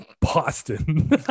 boston